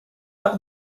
par